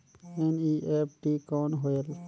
NEFT कौन होएल?